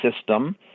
system